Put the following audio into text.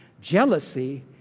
Jealousy